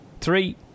Three